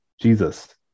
Jesus